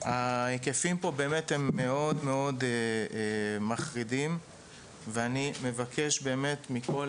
ההיקפים פה באמת הם מאוד מחרידים ואני מבקש באמת מכל